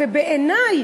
ובעיני,